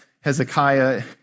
Hezekiah